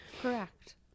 correct